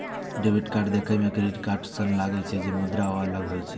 debit card देखै मे credit card सन लागै छै, मुदा ओ अलग होइ छै